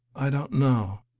i don't know,